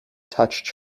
touched